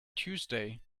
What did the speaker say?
tuesday